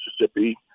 Mississippi